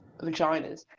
vaginas